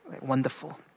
wonderful